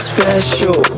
Special